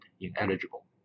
ineligible